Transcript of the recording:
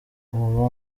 uwo